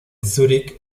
zúrich